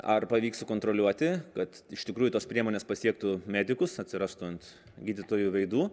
ar pavyks sukontroliuoti kad iš tikrųjų tos priemonės pasiektų medikus atsirastų ant gydytojų veidų